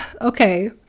okay